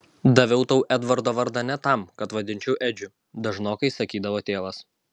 daviau tau edvardo vardą ne tam kad vadinčiau edžiu dažnokai sakydavo tėvas